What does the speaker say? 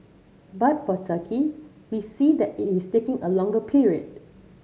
but for Turkey we see that it is taking a longer period